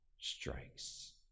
strikes